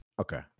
Okay